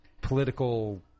political